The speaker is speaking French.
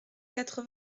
quatre